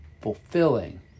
fulfilling